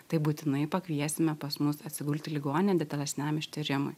tai būtinai pakviesime pas mus atsigult į ligoninę detalesniam ištyrimui